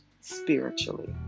spiritually